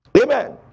Amen